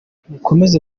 mukomeze